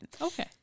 Okay